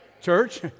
Church